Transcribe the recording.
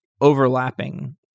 overlapping